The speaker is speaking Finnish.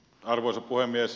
arvoisa puhemies